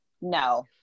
no